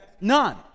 None